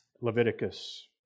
Leviticus